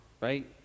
right